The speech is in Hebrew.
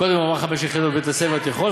קודם ברמת 5 יחידות בבית-הספר התיכון,